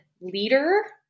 leader